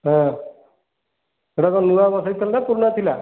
ହଁ ହେଇଟା ତ ନୂଆ ବସାଇଥିଲେ ପୁରୁଣା ଥିଲା